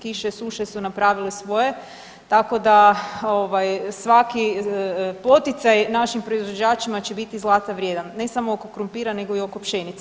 Kiše, suše su napravile svoje, tako da svaki poticaj našim proizvođačima će biti zlata vrijedan ne samo oko krumpira nego i oko pšenice.